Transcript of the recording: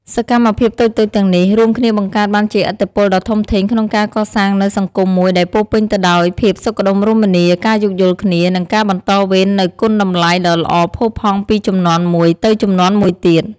សកម្មភាពតូចៗទាំងនេះ រួមគ្នាបង្កើតបានជាឥទ្ធិពលដ៏ធំធេងក្នុងការកសាងនូវសង្គមមួយដែលពោរពេញទៅដោយភាពសុខដុមរមនា ការយោគយល់គ្នា និងការបន្តវេននូវគុណតម្លៃដ៏ល្អផូរផង់ពីជំនាន់មួយទៅជំនាន់មួយទៀត។